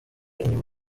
inyuma